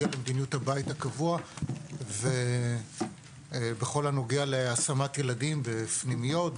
למדיניות הבית הקבוע ובכל הנוגע להשמת ילדים בפנימיות,